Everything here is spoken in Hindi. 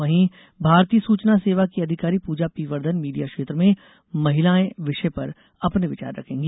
वहीं भारतीय सूचना सेवा की अधिकारी पूजा पी वर्द्वन मीडिया क्षेत्र में महिलाएं विषय पर अपने विचार रखेंगी